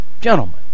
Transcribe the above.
gentlemen